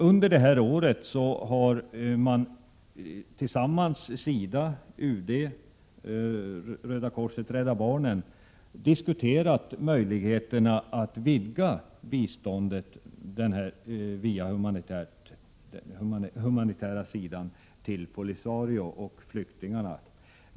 Under detta år har SIDA, UD, Röda korset och Rädda barnen tillsammans diskuterat möjligheterna att vidga det humanitära biståndet till Polisario och flyktingarna.